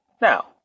Now